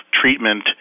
treatment